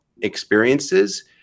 experiences